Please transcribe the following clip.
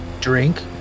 drink